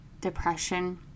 depression